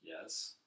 Yes